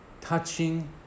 touching